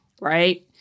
right